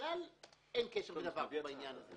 ובכלל אין קשר אליהן בעניין הזה.